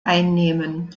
einnehmen